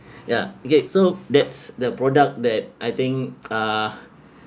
ya okay so that's the product that I think uh